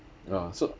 oh so